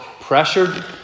pressured